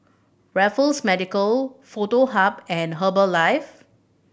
Raffles Medical Foto Hub and Herbalife